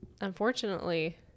unfortunately